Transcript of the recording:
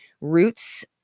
roots